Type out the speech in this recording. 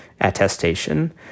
attestation